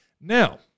Now